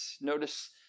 notice